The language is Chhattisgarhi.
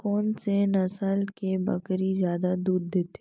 कोन से नस्ल के बकरी जादा दूध देथे